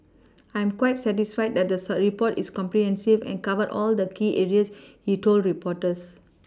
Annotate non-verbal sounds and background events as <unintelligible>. I'm quite satisfied that the <unintelligible> report is comprehensive and covered all the key areas he told reporters <noise>